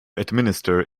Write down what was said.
administer